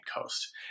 coast